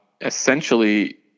essentially